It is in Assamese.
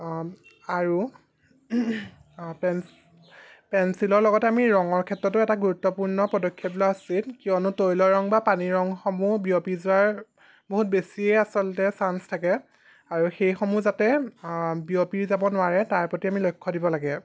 আৰু পেঞ্চিলৰ লগতে আমি ৰঙৰ লগতো এটা গুৰুত্বপূৰ্ণ পদক্ষেপ লোৱা উচিত কিয়নো তৈল ৰঙ বা পানী ৰংসমূহ বিয়পি যোৱাৰ বহুত বেছিয়ে আচলতে চাঞ্চ থাকে আৰু সেইসমূহ যাতে বিয়পি যাব নোৱাৰে তাৰ প্ৰতি আমি লক্ষ্য দিব লাগে